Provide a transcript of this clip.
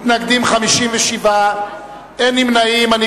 נגד, 57, נמנעים, אין.